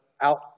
out